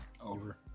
Over